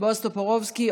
בועז טופורובסקי,